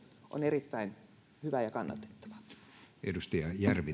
on erittäin hyvää ja kannatettavaa